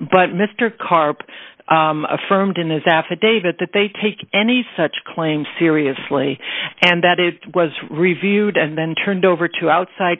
but mr karp affirmed in his affidavit that they take any such claim seriously and that it was reviewed and then turned over to outside